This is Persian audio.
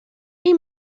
این